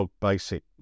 basic